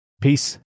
Peace